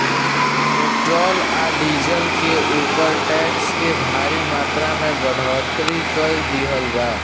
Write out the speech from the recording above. petrol आ diesel के ऊपर टैक्स के भारी मात्रा में बढ़ोतरी कर दीहल बा